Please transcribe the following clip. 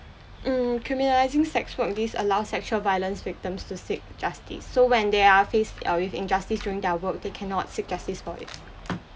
um criminalizing sex work disallows sexual violence victims to seek justice so when they are face uh with injustice during their work they cannot seek justice for it